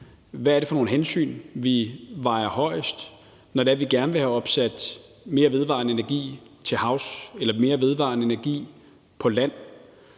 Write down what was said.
Hvad er det for nogle hensyn, vi vægter højest, når det er, vi gerne vil have opsat mere vedvarende energi til havs eller mere vedvarende energi på land?